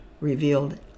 revealed